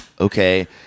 okay